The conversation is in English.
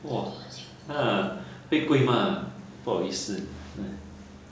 !wah! ha 会贵吗不好意思 ha